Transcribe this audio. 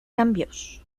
cambios